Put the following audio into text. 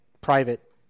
private